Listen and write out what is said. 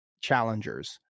challengers